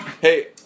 Hey